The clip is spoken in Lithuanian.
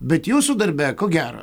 bet jūsų darbe ko gero